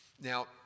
Now